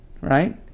right